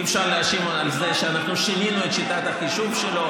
אי-אפשר להאשים בזה שאנחנו שינינו את שיטת החישוב שלו.